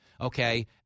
Okay